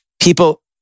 people